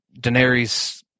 Daenerys